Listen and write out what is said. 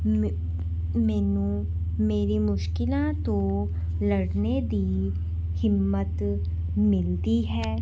ਮੇੈਂ ਮੈਨੂੰ ਮੇਰੀ ਮੁਸ਼ਕਿਲਾਂ ਤੋਂ ਲੜਨ ਦੀ ਹਿੰਮਤ ਮਿਲਦੀ ਹੈ